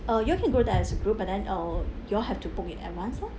uh you all can go there as a group and then uh you all have to book in advance loh